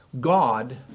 God